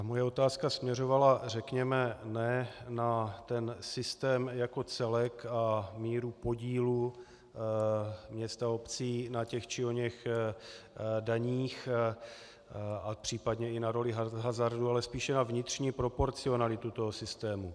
Moje otázka směřovala řekněme ne na ten systém jako celek a míry podílu měst a obcí na těch či oněch daních a případně i na roli hazardu, ale spíše na vnitřní proporcionalitu toho systému.